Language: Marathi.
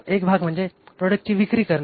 एक भाग म्हणजे प्रोडक्टची विक्री करणे